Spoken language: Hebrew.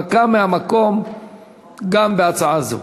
הנמקה מהמקום גם בהצעה זו.